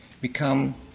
become